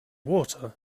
water